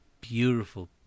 beautiful